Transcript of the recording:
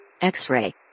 X-ray